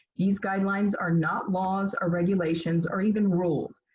these guidelines are not laws or regulations or even rules.